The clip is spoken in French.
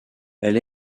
elle